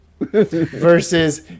versus